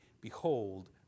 Behold